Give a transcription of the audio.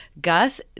Gus